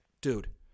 Dude